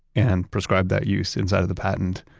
and prescribed that use inside of the patent,